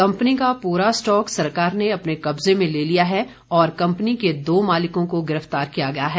company का पूरा stock सरकार ने अपने कब्जे में ले लिया है और कंपनी के दो मालिकों को गिरफ्तार किया गया है